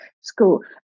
school